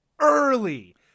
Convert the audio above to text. Early